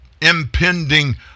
impending